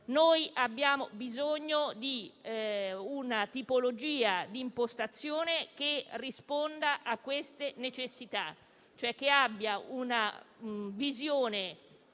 Noi abbiamo bisogno di una tipologia di impostazione che risponda a queste necessità, ossia che abbia una visione